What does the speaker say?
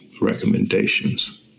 recommendations